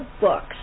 books